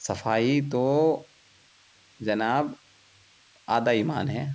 صفائی تو جناب آدھا ایمان ہے